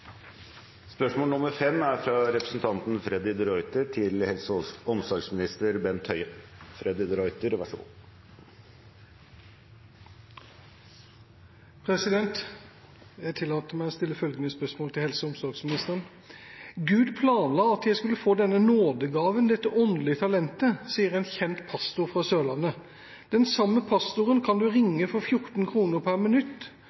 Jeg tillater meg å stille følgende spørsmål til helse- og omsorgsministeren: ««Gud planla at jeg skulle få denne nådegaven, dette åndelige talentet,» sier en kjent pastor fra Sørlandet. Den samme pastoren kan du ringe for 14 kr pr. minutt,